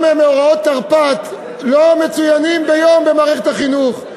גם מאורעות תרפ"ט לא מצוינים ביום במערכת החינוך.